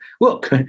look